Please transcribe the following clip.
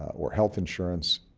or health insurance,